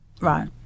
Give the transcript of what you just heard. Right